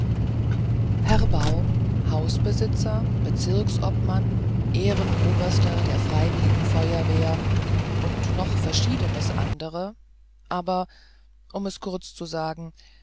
herr baum hausbesitzer bezirksobmann ehrenoberster der freiwilligen feuerwehr und noch verschiedenes andere aber um es kurz zu sagen